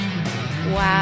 Wow